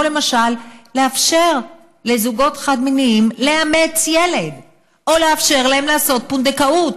למשל לאפשר לזוגות חד-מיניים לאמץ ילד או לאפשר להם לעשות פונדקאות